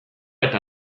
eta